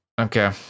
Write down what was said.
Okay